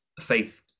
faith